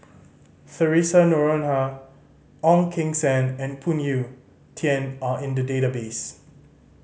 Theresa Noronha Ong Keng Sen and Phoon Yew Tien are in the database